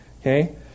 Okay